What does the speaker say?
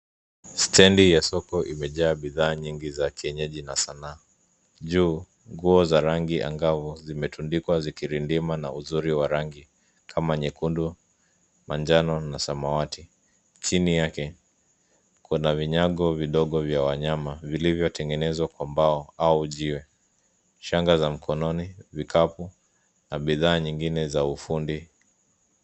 Stendi ya soko imejaa bidhaa nyingi ya kienyeji na sanaa. Juu, nguo za rangi angavu zimetundikwa zikirindima na uzuri wa rangi kama nyekundu, manjano na samawati. Chini yake, kuna vinyago vidogo vya wanyama vilivyotengenezwa kwa mbao au jiwe. Shanga za mkononi, vikapu na bidhaa nyingine za ufundi.